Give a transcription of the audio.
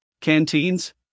canteens